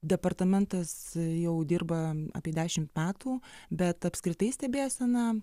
departamentas jau dirba apie dešim metų bet apskritai stebėsena